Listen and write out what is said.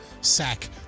sack